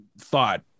thought